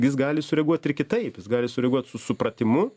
jis gali sureaguot ir kitaip jis gali sureaguot su supratimu